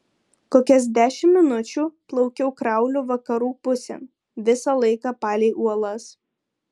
kokias dešimt minučių plaukiau krauliu vakarų pusėn visą laiką palei uolas